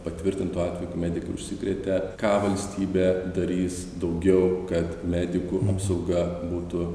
patvirtintų atvejų kai medikai užsikrėtė ką valstybė darys daugiau kad medikų apsauga būtų